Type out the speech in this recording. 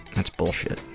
that's bullshit.